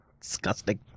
disgusting